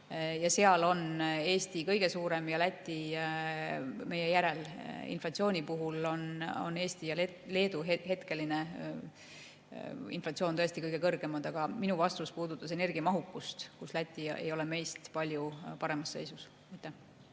Selles on Eesti kõige suurem ja Läti meie järel. Inflatsiooni puhul on Eesti ja Leedu praegune inflatsioon tõesti kõige kõrgem, aga minu vastus puudutas energiamahukust, mille poolest Läti ei ole meist kuigi palju paremas seisus.